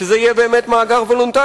שזה יהיה באמת מאגר וולונטרי,